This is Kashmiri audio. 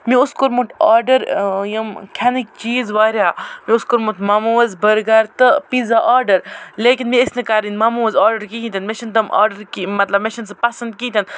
مےٚ اوس کوٚرمُت آرڈَر یِم کھٮ۪نٕکۍ چیٖز واریاہ مےٚ اوس کوٚرمُت مَموز بٔرگَر تہٕ پیٖزا آرڈَر لیکِن مےٚ ٲسۍ نہٕ کَرٕنۍ مَموز آرڈَر کِہیٖنۍ تِنہٕ مےٚ چھِنہٕ تِم آرڈَر کیٚنہہ مطلب مےٚ چھِنہٕ سُہ پسنٛد کِہیٖنۍ تِنہٕ